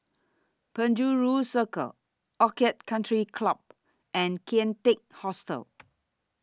Penjuru Circle Orchid Country Club and Kian Teck Hostel